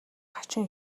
хачин